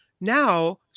now